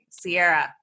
Sierra